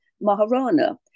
Maharana